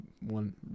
one